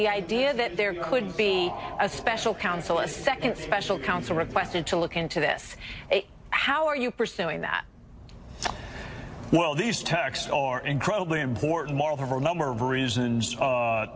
the idea that there could be a special counsel a second special counsel requested to look into this how are you pursuing that well these texts are incredibly important moreover a number of reasons